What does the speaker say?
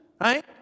right